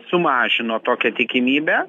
sumažino tokią tikimybę